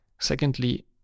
Secondly